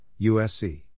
USC